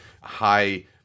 high